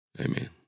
Amen